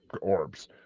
orbs